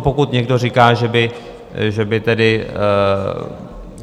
Pokud někdo říká, že by tedy